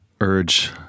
urge